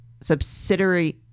subsidiary